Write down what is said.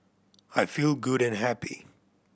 I feel good and happy